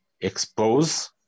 expose